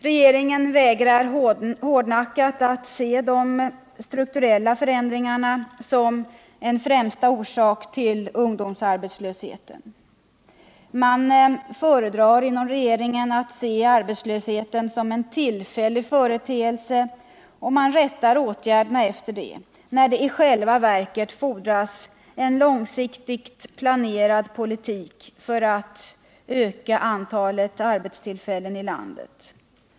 Regeringen vägrar hårdnackat att se de strukturella förändringarna som främsta orsak till ungdomsarbetslösheten. Regeringen föredrar att se arbetslösheten som en tillfällig företeelse, och man rättar åtgärderna efter detta trots att det i själva verket fordras en långsiktigt planerad politik för att öka antalet arbetstillfällen i landet.